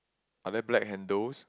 are there black handles